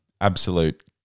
absolute